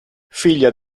figlia